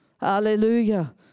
Hallelujah